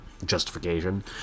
Justification